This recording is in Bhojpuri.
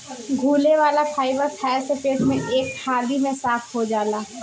घुले वाला फाइबर खाए से पेट एके हाली में साफ़ हो जाला